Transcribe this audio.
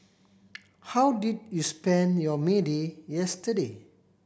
how did you spend your May Day yesterday